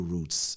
Roots